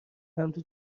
سمت